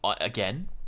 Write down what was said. Again